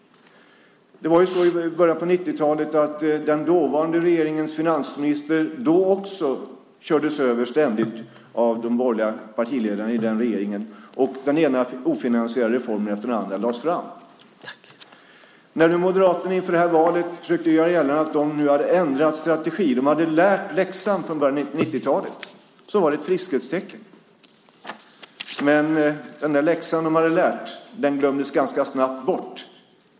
Det var ju så i början av 90-talet att den dåvarande regeringens finansminister ständigt kördes över, då också, av de borgerliga partiledarna i regeringen, och den ena ofinansierade reformen efter den andra lades fram. När Moderaterna inför det senaste valet försökte göra gällande att de nu hade ändrat strategi, att de lärt sig läxan från början av 90-talet, var det ett friskhetstecken. Men den läxan glömdes ganska snabbt bort.